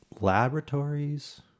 laboratories